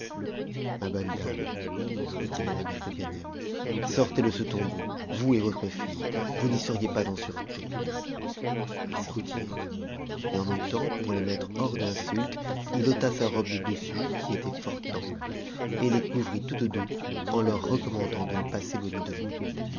ma bonne dame dit-il à iamète de ganem sortez de ce tombeau vous et votre fille vous n'y seriex pas en sûreté a elles sortirent et en même temps pour les mettre hors d'insulte il ôta sa robe de dessus qui était fort ample et les couvrit toutes deux en leur recommandant de ne pas s'éloigner de lui